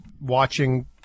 watching